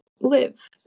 Live